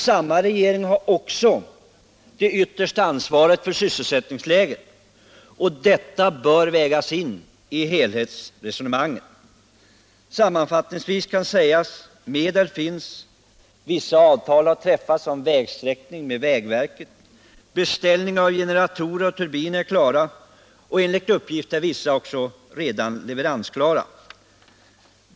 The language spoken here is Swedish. Samma regering har också det yttersta ansvaret för sysselsättningen, och detta bör vägas in i helhetsresonemanget. Sammanfattningsvis kan sägas att medel finns, vissa avtal om vägsträckning har träffats med vägverket, beställningar av generatorer och turbiner har gjorts, och enligt uppgift är vissa redan leveransklara.